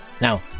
Now